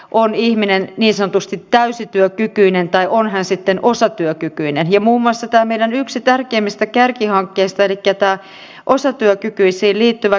on ihminen ei sanotusti täysityökykyinen tavoitteena on hän sitten osatyökykyinenhirmumassa tää meidän yksi ollut luoda av alalle yhteiset työmarkkinat